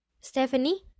Stephanie